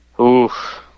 Oof